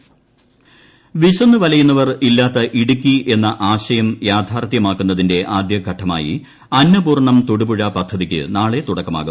അന്നപൂർണ്ണം പദ്ധതി വിശന്നു വലയുന്നവർ ഇല്ലാത്ത ഇടുക്കി എന്ന ആശയം യാഥാർത്ഥ്യമാക്കുന്നതിന്റെ ആദ്യ ഘട്ടമായി അന്നപൂർണ്ണം തൊടുപുഴ പദ്ധതിക്ക് നാളെ തുടക്കമാകും